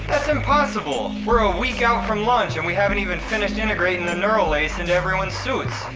that's impossible! we're a week out from launch and we haven't even finished integrating the neural lace into everyone's suits.